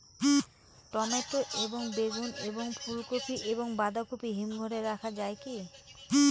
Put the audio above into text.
Tomato এবং বেগুন এবং ফুলকপি এবং বাঁধাকপি হিমঘরে রাখা যায় কি?